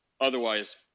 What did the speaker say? Otherwise